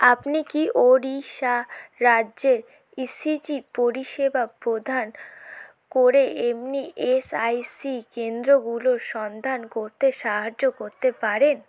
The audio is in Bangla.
আপনি কি ওড়িশা রাজ্যে ইসিজি পরিষেবা প্রদান করে এমনি ইএসআইসি কেন্দ্রগুলোর সন্ধান করতে সাহায্য করতে পারেন